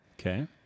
Okay